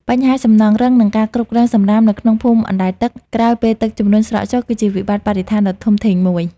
បញ្ហាសំណល់រឹង និងការគ្រប់គ្រងសម្រាមនៅក្នុងភូមិអណ្តែតទឹកក្រោយពេលទឹកជំនន់ស្រកចុះ គឺជាវិបត្តិបរិស្ថានដ៏ធំធេងមួយ។